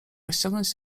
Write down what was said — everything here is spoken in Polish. rozciągnąć